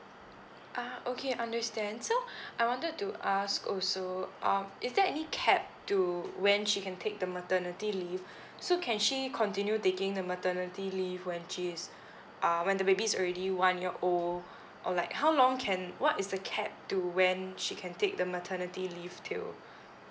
ah okay understand so I wanted to ask also um is there any cap to when she can take the maternity leave so can she continue taking the maternity leave when she's uh when the baby is already one year old or like how long can what is the cap to when she can take the maternity leave till